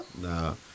No